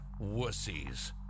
wussies